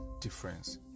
difference